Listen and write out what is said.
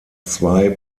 zwei